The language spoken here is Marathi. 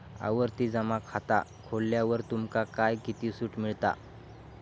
आवर्ती जमा खाता खोलल्यावर तुमका काय किती सूट मिळता?